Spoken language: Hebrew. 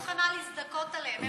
אני מוכנה להזדכות עליהם,